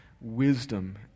wisdom